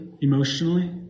emotionally